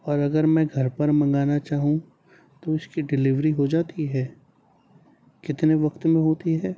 اور اگر میں گھر پر منگانا چاہوں تو اس کی ڈیلیوری ہو جاتی ہے کتنے وقت میں ہوتی ہے